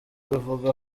bivuga